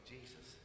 Jesus